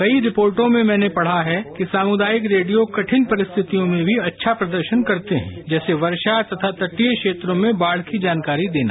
कई रिपोर्टों में मैंने पढा है कि सामुदायिक रेडियो कठिन परिस्थितियों में भी अच्छा प्रदर्शन करते हैं जैसे वर्षा तथा तटीय क्षेत्रों में बाढ़ की जानकारी देना